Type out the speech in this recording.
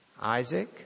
Isaac